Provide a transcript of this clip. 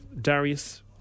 Darius